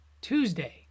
Tuesday